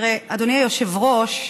אדוני היושב-ראש,